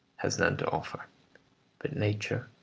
has none to offer but nature,